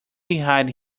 behind